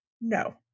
No